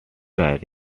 daring